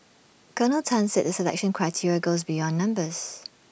Colonel Tan said the selection criteria goes beyond numbers